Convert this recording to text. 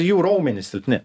jų raumenys silpni